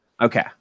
Okay